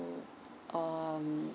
um